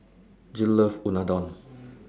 Jill loves Unadon